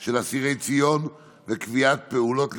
של אסירי ציון וקביעת פעולות לציונו),